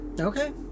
Okay